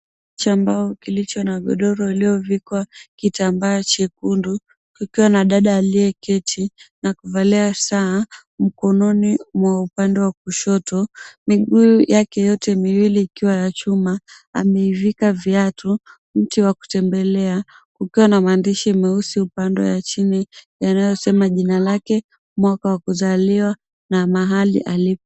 Cha mbao kilicho na godoro iliyovikwa kitambaa chekundu. Kukiwa na dada aliyeketi na kuvalia saa mkononi mwa upande wa kushoto. Miguu yake yote miwili ikiwa ya chuma ameivika viatu, mti wa kutembelea. Kukiwa na maandishi meusi upande ya chini yanayosema jina lake, mwaka wa kuzaliwa, na mahali alipo.